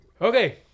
Okay